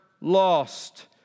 lost